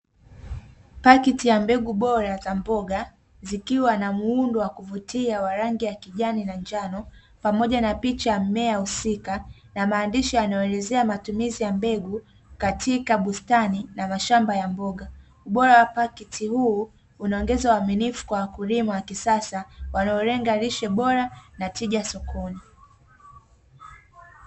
Pakiti ya mbegu bora za mboga zikiwa na muundo wa kuvutia wa rangi ya kijani na njano pamoja na picha ya mmea husika, na maandishi yanayoelezea matumizi ya mbegu katika bustani na mashamba ya mboga. Ubora wa pakiti huu unaongeza uaminifu kwa wakulima wa kisasa wanaolenga lishe bora na tija sokoni.